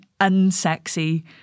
unsexy